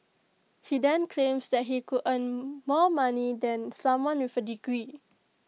he then claims that he could earn more money than someone with A degree